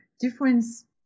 difference